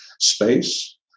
space